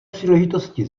příležitosti